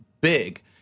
big